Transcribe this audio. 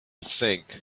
think